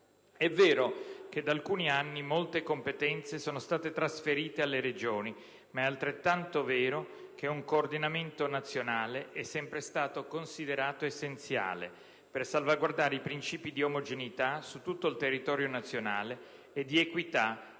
È vero che da alcuni anni molte competenze sono state trasferite alle Regioni, ma è altrettanto vero che un coordinamento nazionale è sempre stato considerato essenziale per salvaguardare i princìpi di omogeneità su tutto il territorio nazionale e di equità